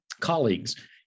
colleagues